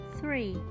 Three